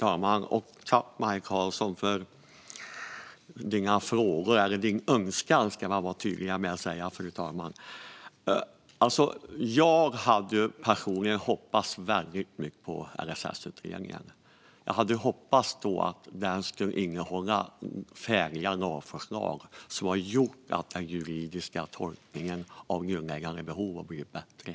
Fru talman! Tack, Maj Karlsson, för dina frågor eller din önskan! Jag hoppades personligen mycket på LSS-utredningen och att den skulle innehålla färdiga lagförslag som hade gjort att den juridiska tolkningen av "grundläggande behov" hade blivit bättre.